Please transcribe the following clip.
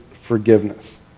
forgiveness